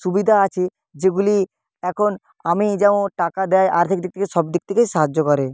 সুবিধা আছে যেগুলি এখন আমি যেমন টাকা দেয় আর্থিক দিক থেকে সব দিক থেকেই সাহায্য করে